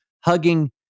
hugging